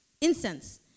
Incense